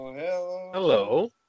Hello